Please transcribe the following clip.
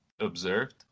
observed